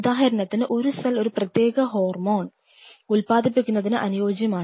ഉദാഹരണത്തിന് ഒരു സെൽ ഒരു പ്രത്യേക ഹോർമോൺ ഉൽപാദിപ്പിക്കുന്നതിന് അനുയോജ്യമാണ്